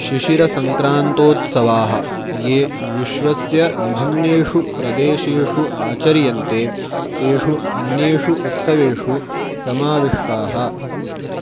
शिशिरसंक्रान्तोत्सवाः ये विश्वस्य विभिन्नेषु प्रदेशेषु आचर्यन्ते तेषु अन्येषु उत्सवेषु समाविष्टाः